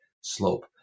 slope